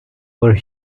were